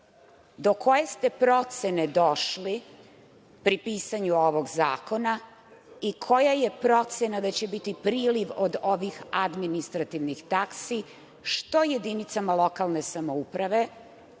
Do koje ste procene došli pri pisanju ovog zakona i koja je procena da će biti priliv od ovih administrativnih taksi što jedinicama lokalne samouprave,